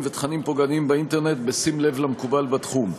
ותכנים פוגעניים באינטרנט בשים לב למקובל בתחום.